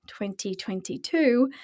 2022